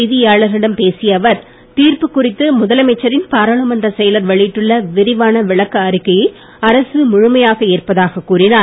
செய்தியாளர்களிடம் பேசிய அவர் தீர்ப்பு குறித்து முதலமைச்சரின் பாராளுமன்றச் செயலர் வெளியிட்டுள்ள விரிவான விளக்க அறிக்கையை அரசு முழுமையாக ஏற்பதாகக் கூறினார்